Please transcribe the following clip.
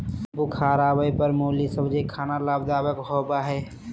बुखार आवय पर मुली सब्जी खाना लाभदायक होबय हइ